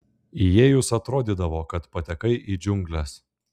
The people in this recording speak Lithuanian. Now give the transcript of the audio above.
įėjus atrodydavo kad patekai į džiungles